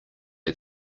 are